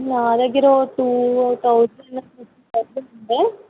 నా దగ్గర ఒక టూ థౌసండ్ అలా ఉంది